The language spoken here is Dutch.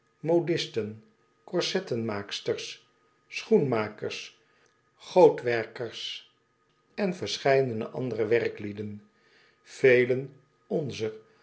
modisten korsettenmaaksters schoenmakers goot werkers en verscheidene andere werklieden velen onzer